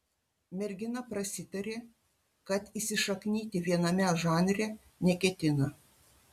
mergina prasitarė kad įsišaknyti viename žanre neketina